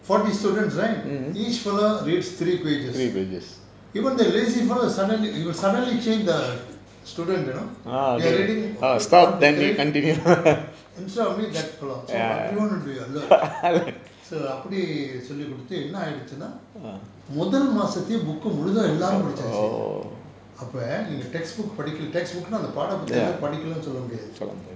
forty students right each fellow reads three pages even the lazy fellow suddenly he will suddenly change err the student you know you are reading op~ catherin~ in so me that fellow so everyone will be alert so அப்படி சொல்லி கொடுத்து என்ன ஆயிடிச்சினா மொதல் மாசத்துலயே:appadi solli koduthu enna aayiduchinaa mothal masathulayae book கு முழுதும் எல்லாரும் படிச்சாச்சு அப்ப நீங்க:ku muluthum ellarum padichaachu appa neenka textbook படிகல:padikala textbook னா அந்த பாடப்புஸ்தகத்தை படிக்கலன்னு சொல்ல முடியாது:naa antha paadapusthahathai padikkalannu solla mudiyaathu